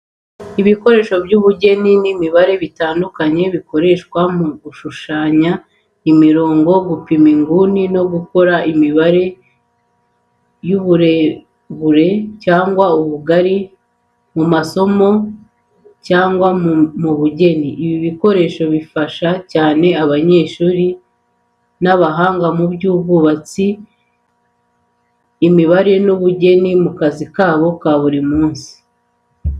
Ibikoresho by’ubugeni n’imibare bitandukanye bikoreshwa mu gushushanya imirongo, gupima inguni no gukora imibare y’uburebure cyangwa ubugari mu masomo cyangwa mu bugeni. Ibi bikoresho bifasha cyane abanyeshuri n’abahanga mu by’ubwubatsi, imibare n’ubugeni mu kazi kabo ka buri munsi.